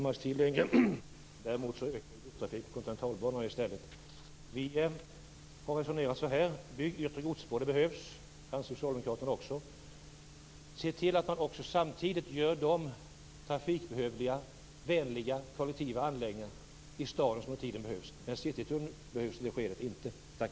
Herr talman! Godstrafiken på Kontinentalbanan ökar i stället. Vi har resonerat så här: Bygg ett godsspår där det behövs. Det anser ju också socialdemokraterna. Se även till att man samtidigt gör de sett till trafiken nödvändiga och vänliga kollektiva anläggningar i staden som med tiden behövs! Citytunneln behövs inte i det skedet.